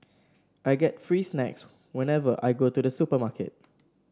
I get free snacks whenever I go to the supermarket